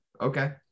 Okay